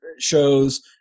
shows